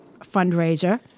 fundraiser